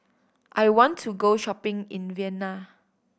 I want to go shopping in Vienna